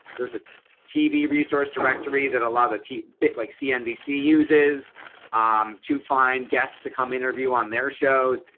there's a tv resource directory that a lot of teeth bit like cnbc uses to find guests to come interview on their shows.